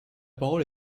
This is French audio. parole